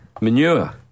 Manure